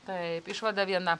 taip išvada viena